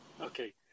Okay